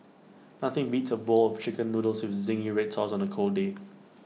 nothing beats A bowl of Chicken Noodles with Zingy Red Sauce on A cold day